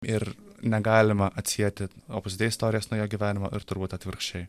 ir negalima atsieti opus dei istorijos nuo jo gyvenimo ir turbūt atvirkščiai